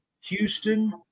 Houston